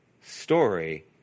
story